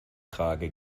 trage